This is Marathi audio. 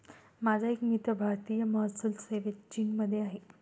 माझा एक मित्र भारतीय महसूल सेवेत चीनमध्ये आहे